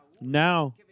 Now